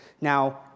Now